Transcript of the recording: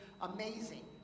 amazing